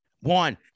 One